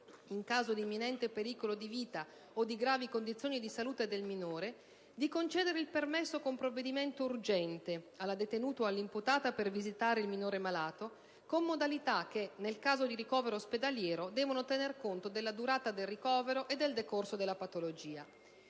in caso di imminente pericolo di vita o di gravi condizioni di salute del minore - di concedere il permesso, con provvedimento urgente, alla detenuta o all'imputata per visitare il minore malato, con modalità che, nel caso di ricovero ospedaliero, devono tener conto della durata del ricovero e del decorso della patologia.